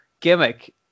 gimmick